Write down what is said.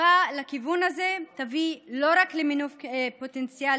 דחיפה בכיוון הזה תביא לא רק למינוף הפוטנציאל